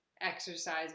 exercise